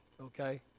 okay